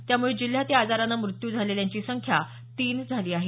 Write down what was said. त्यामुळे जिल्ह्यात या आजारानं मृत्यू झालेल्यांची संख्या आता तीन झाली आहे